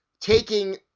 taking